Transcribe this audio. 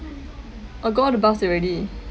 oh got a bus already